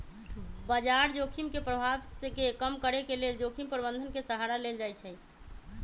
बजार जोखिम के प्रभाव के कम करेके लेल जोखिम प्रबंधन के सहारा लेल जाइ छइ